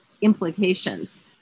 implications